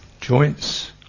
joints